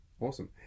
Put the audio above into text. Awesome